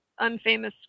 unfamous